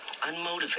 unmotivated